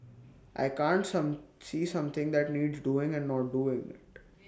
I can't some see something that needs doing and not do IT